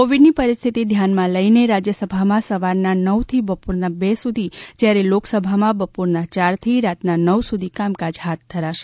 કોવિડની પરિસ્થિતી ધ્યાનમાં લઈને રાજ્યસભામાં સવા રનાં નવથી બપોરનાં બે સુધી જ્યારે લોકસભામાં બપોરનાં ચારથી રાતનાં નવ સુધી કામકાજ હાથ ધરાશે